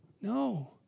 No